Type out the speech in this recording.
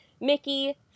Mickey